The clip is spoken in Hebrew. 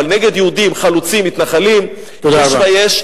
אבל נגד יהודים, חלוצים, מתנחלים, יש ויש.